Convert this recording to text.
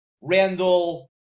Randall